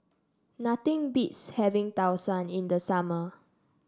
nothing beats having Tau Suan in the summer